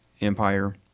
Empire